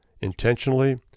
intentionally